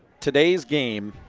today's game,